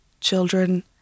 children